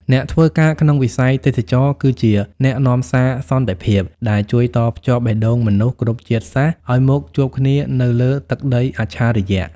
អ្នកធ្វើការក្នុងវិស័យទេសចរណ៍គឺជា "អ្នកនាំសារសន្តិភាព" ដែលជួយតភ្ជាប់បេះដូងមនុស្សគ្រប់ជាតិសាសន៍ឱ្យមកជួបគ្នានៅលើទឹកដីអច្ឆរិយ។